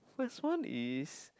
that one is